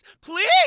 please